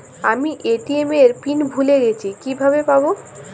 আমি এ.টি.এম এর পিন ভুলে গেছি কিভাবে পাবো?